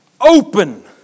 open